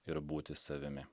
ir būti savimi